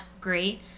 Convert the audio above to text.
great